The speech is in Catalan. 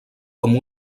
com